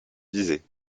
disait